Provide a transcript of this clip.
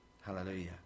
Hallelujah